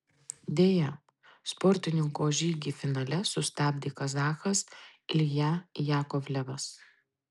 deja sportininko žygį finale sustabdė kazachas ilja jakovlevas